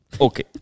Okay